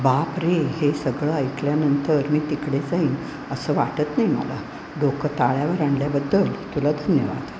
बाप रे हे सगळं ऐकल्यानंतर मी तिकडे जाईन असं वाटत नाही मला डोकं ताळ्यावर आणल्याबद्दल तुला धन्यवाद